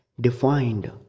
defined